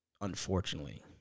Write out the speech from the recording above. unfortunately